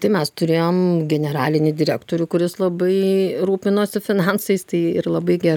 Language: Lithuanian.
tai mes turėjom generalinį direktorių kuris labai rūpinosi finansais tai ir labai ger